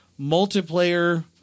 multiplayer